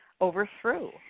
overthrew